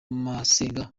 masenge